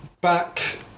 back